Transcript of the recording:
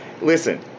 listen